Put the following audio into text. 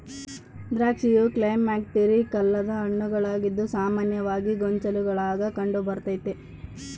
ದ್ರಾಕ್ಷಿಯು ಕ್ಲೈಮ್ಯಾಕ್ಟೀರಿಕ್ ಅಲ್ಲದ ಹಣ್ಣುಗಳಾಗಿದ್ದು ಸಾಮಾನ್ಯವಾಗಿ ಗೊಂಚಲುಗುಳಾಗ ಕಂಡುಬರ್ತತೆ